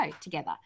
together